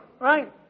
right